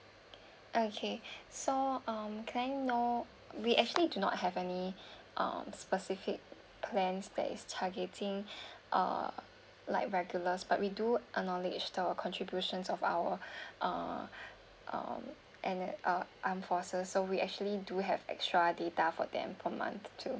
okay so um can I know we actually do not have any um specific plans that is targeting uh like regulars but we do acknowledge the contributions of our uh um N_S uh forces so we actually do have extra data for them per month too